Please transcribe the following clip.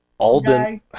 Alden